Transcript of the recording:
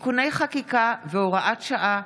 (תיקוני חקיקה והוראת שעה),